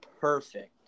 perfect